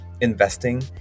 investing